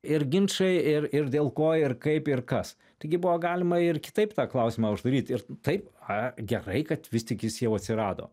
ir ginčai ir ir dėl ko ir kaip ir kas taigi buvo galima ir kitaip tą klausimą uždaryt ir taip a gerai kad vis tik jis jau atsirado